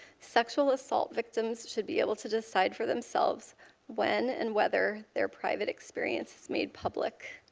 sexual assault victims should be able to decide for themselves when and whether their private experience is made public.